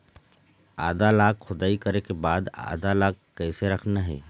आदा ला खोदाई करे के बाद आदा ला कैसे रखना हे?